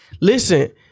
Listen